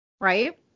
right